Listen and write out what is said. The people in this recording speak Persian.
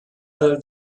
حلال